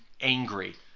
angry